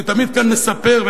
אני תמיד מספר כאן,